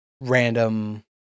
random